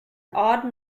odd